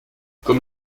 comme